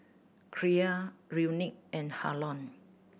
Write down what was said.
Kyra Unique and Harlon